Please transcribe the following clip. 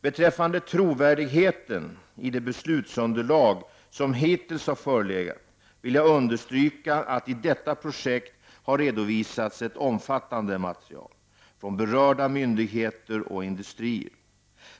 Beträffande trovärdigheten i de beslutsunderlag som hittills har förelegat vill jag understryka att i detta projekt har redovisats ett omfattande material från berörda myndigheter och industrier.